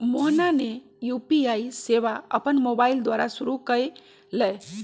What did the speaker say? मोहना ने यू.पी.आई सेवा अपन मोबाइल द्वारा शुरू कई लय